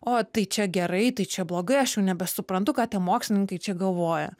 o tai čia gerai tai čia blogai aš jau nebesuprantu ką tie mokslininkai čia galvoja